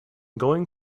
going